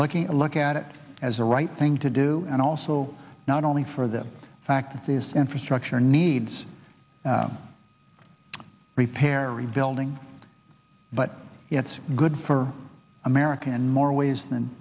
a look at it as the right thing to do and also not only for the fact that this infrastructure needs repair rebuilding but it's good for america and more ways than